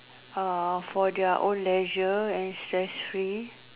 uh for their own leisure and stress free